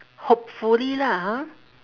hopefully lah ha